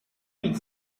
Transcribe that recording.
mille